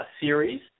Series